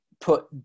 put